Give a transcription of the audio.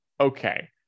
Okay